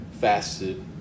fasted